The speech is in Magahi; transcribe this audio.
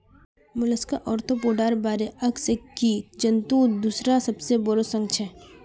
मोलस्का आर्थ्रोपोडार बादे अकशेरुकी जंतुर दूसरा सबसे बोरो संघ छे